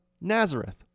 Nazareth